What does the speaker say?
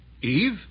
Eve